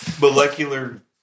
Molecular